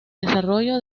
desarrollo